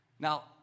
Now